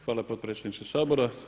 Hvala potpredsjedniče Sabora.